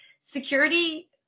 security